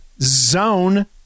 zone